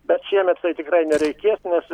bet šiemet tai tikrai nereikės nes